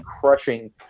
crushing